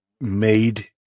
made